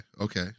okay